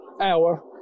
hour